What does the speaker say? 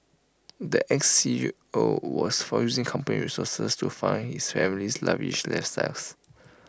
the Ex C E O was found using company resources to fund his family's lavish lifestyles